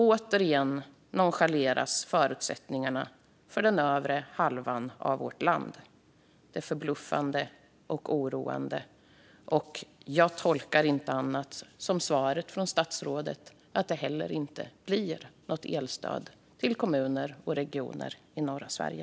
Återigen nonchaleras förutsättningarna för den övre halvan av vårt land. Det är förbluffande och oroande. Jag tolkar inte svaret från statsrådet på något annat sätt än att det inte blir något elstöd till kommuner och regioner i norra Sverige.